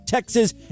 Texas